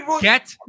Get